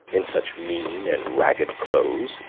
in such mean and ragged clothes,